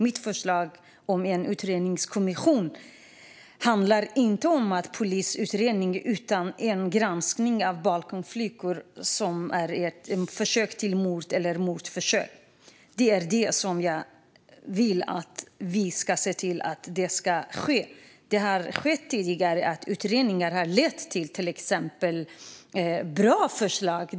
Mitt förslag om en utredningskommission handlar inte om en polisutredning utan om en granskning av balkongflickor där det är fråga om mordförsök. Det är detta jag vill att vi ser till ska ske. Det har tidigare gjorts utredningar som har lett till exempelvis bra förslag.